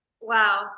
wow